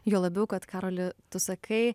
juo labiau kad karoli tu sakai